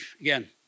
again